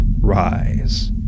rise